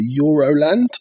Euroland